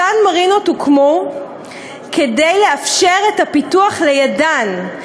אותן מרינות הוקמו כדי לאפשר את הפיתוח לידן,